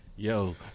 Yo